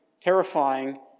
terrifying